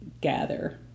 gather